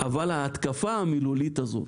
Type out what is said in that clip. אבל ההתקפה המילולית הזאת